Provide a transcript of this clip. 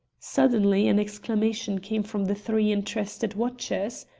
suddenly an exclamation came from the three interested watchers.